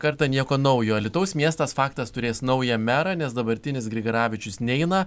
kartą nieko naujo alytaus miestas faktas turės naują merą nes dabartinis grigaravičius neina